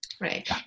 Right